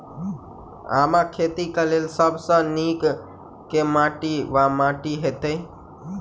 आमक खेती केँ लेल सब सऽ नीक केँ माटि वा माटि हेतै?